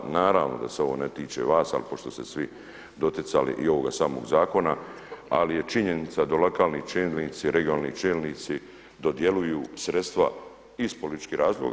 Naravno da se ovo ne tiče vas, ali pošto ste se svi doticali i ovoga samog zakona ali je činjenica da lokalni čelnici, regionalni čelnici dodjeljuju sredstva iz političkih razloga.